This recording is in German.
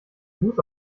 fuß